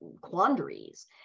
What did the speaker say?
quandaries